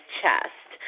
chest